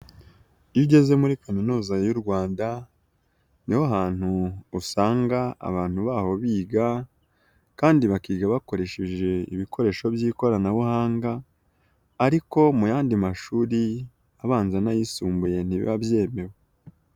Iyo ugeze muri Kaminuza y'u Rwanda ni ho hantu usanga abantu baho biga kandi bakiga bakoresheje ibikoresho by'ikoranabuhanga ariko mu yandi mashuri abanza n'ayisumbuye ntibiba byemewe.